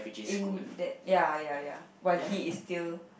in that ya ya ya but he is still